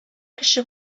кеше